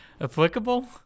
applicable